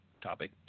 topic